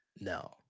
No